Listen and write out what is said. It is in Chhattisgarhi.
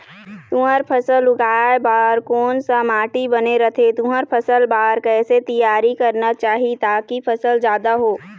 तुंहर फसल उगाए बार कोन सा माटी बने रथे तुंहर फसल बार कैसे तियारी करना चाही ताकि फसल जादा हो?